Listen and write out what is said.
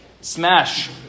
Smash